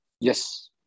Yes